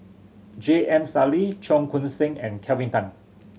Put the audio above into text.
J M Sali Cheong Koon Seng and Kelvin Tan